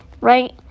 Right